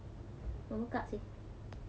tak ada kasih